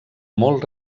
molt